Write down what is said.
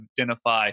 identify